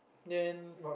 then